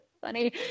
funny